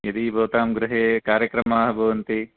यदि भवतां गृहे कार्यक्रमः भवन्ति